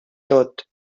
tot